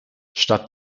statt